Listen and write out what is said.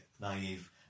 naive